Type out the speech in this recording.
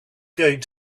going